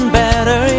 better